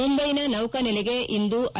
ಮುಂಬೈನ ನೌಕಾ ನೆಲೆಗೆ ಇಂದು ಐ